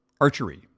archery